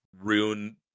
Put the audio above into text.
ruin